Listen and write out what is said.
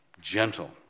gentle